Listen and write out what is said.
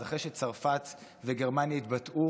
אז אחרי שצרפת וגרמניה התבטאו,